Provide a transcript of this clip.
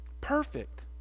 Perfect